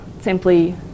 simply